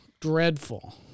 Dreadful